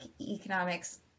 economics